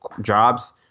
jobs